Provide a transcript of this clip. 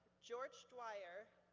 george dwyer,